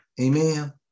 amen